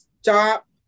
stop